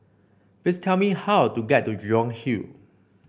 please tell me how to get to Jurong Hill